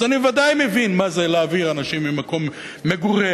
אז אני ודאי מבין מה זה להעביר אנשים ממקום מגוריהם.